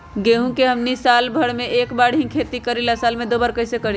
गेंहू के हमनी साल भर मे एक बार ही खेती करीला साल में दो बार कैसे करी?